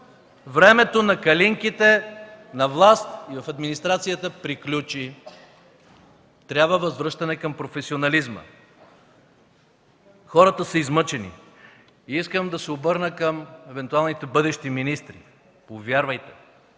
Времето на „калинките” на власт в администрацията приключи! Трябва възвръщане към професионализма. Хората са измъчени. Искам да се обърна към евентуалните бъдещи министри. Повярвайте,